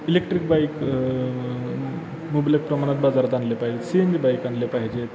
electric bike मुबलक प्रमाणात बाजारात आणले पाहिजेत सी एन जी बाईक आणल्या पाहिजेत